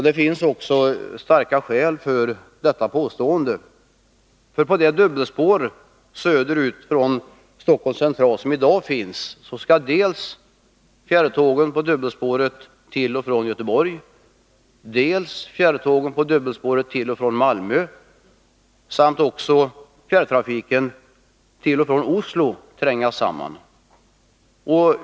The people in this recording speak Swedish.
Det finns också starka skäl för detta påstående. På det dubbelspår söderut som i dag finns från Stockholms central skall nämligen dels fjärrtågen på dubbelspåret till och från Göteborg, dels fjärrtågen på dubbelspåret till och från Malmö, dels fjärrtrafiken till och från Oslo trängas samman.